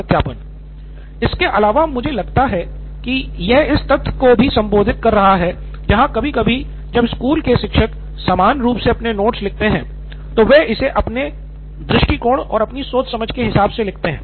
professor इसके अलावा मुझे लगता है कि यह इस तथ्य को भी संबोधित कर रहा है जहां कभी कभी जब स्कूल के शिक्षक सामान्य रूप से अपने नोट्स लिखते हैं तो वे इसे अपने दृष्टिकोण और अपनी सोच समझ के हिसाब से लिखते हैं